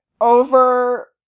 over